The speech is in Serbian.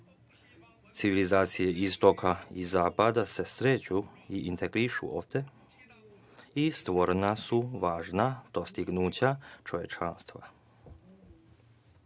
Civilizacije istoka i zapada se sreću i integrišu ovde i stvorena su važna dostignuća čovečanstva.